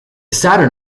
saturn